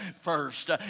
first